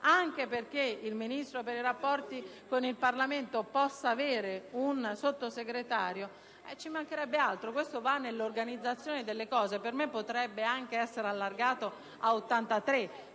anche perché il Ministro per i rapporti con il Parlamento possa avere un Sottosegretario, ci mancherebbe altro, questo va nell'organizzazione delle cose. Per me il numero dei componenti potrebbe anche essere allargato a 83;